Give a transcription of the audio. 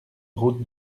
route